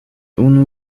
unu